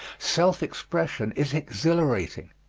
self-expression is exhilarating.